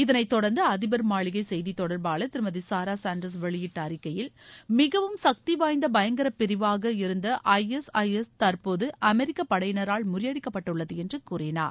இதனைத் தொடர்ந்து அதிபர் மாளிகை செய்தித் தொடர்பாளர் திருமதி சாரா சான்டர்ஸ் வெளியிட்ட அறிக்கையில் மிகவும் சக்திவாய்ந்த பயங்கர பிரிவாக இருந்த ஐஎஸ்ஐஎஸ் தற்போது அமெிக்க படையினரால் முறியடிக்கப்பட்டுள்ளது என்று கூறினார்